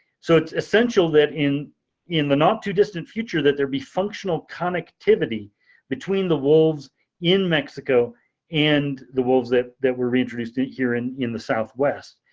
so it's essential that in in the not too distant future that there be functional connectivity between the wolves in mexico and the wolves that that were reintroduced here in in the southwest.